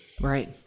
Right